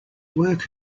work